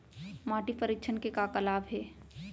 माटी परीक्षण के का का लाभ हे?